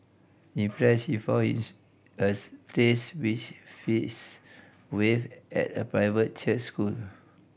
impressed she found his as place wish fees waived at a private church school